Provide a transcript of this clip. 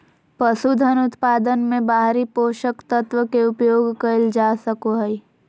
पसूधन उत्पादन मे बाहरी पोषक तत्व के उपयोग कइल जा सको हइ